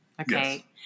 Okay